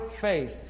faith